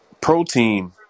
protein